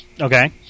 Okay